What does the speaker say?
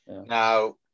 Now